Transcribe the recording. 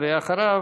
ואחריו,